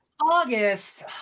August